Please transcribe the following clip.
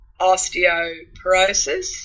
osteoporosis